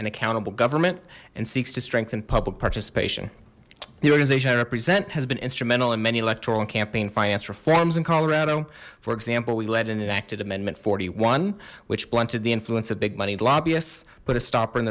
and accountable government and seeks to strengthen public participation the organization i represent has been instrumental in many electoral campaign finance reforms in colorado for example we led an enacted amendment forty one which blunted the influence of big money lobbyists put a stop